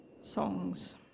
songs